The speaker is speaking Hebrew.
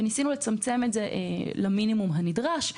וניסינו לצמצם את זה למינימום הנדרש.